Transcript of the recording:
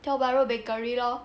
Tiong Bahru Bakery lor